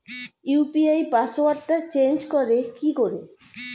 UPI পাসওয়ার্ডটা change করে কি করে?